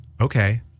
Okay